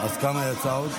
אז כמה יצא עוד?